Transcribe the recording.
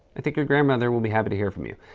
i think your grandmother will be happy to hear from you.